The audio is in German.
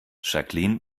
jacqueline